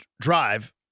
drive